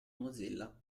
mozilla